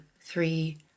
three